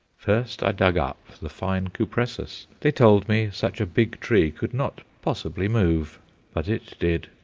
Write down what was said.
first i dug up the fine cupressus. they told me such a big tree could not possibly move but it did,